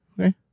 okay